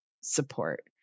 support